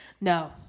No